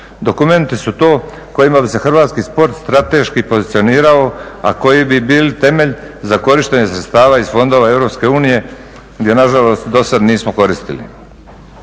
Dokumenti su to kojima bi se hrvatski sport strateški pozicionirao, a koji bi bili temelj za korištenje sredstava iz fondova EU gdje nažalost do sada nismo koristili.